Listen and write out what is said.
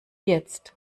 jetzt